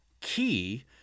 key